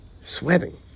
sweating